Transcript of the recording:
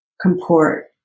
comport